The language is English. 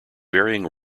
varying